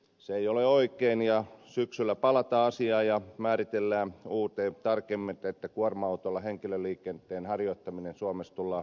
se ei ole oikein ja syksyllä palataan asiaan ja määritellään tarkemmin että kuorma autolla henkilöliikenteen harjoittaminen suomessa tullaan kieltämään